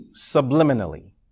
subliminally